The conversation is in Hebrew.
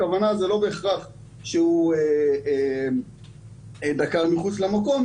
הכוונה זה לא בהכרח שהוא שהה מחוץ למקום,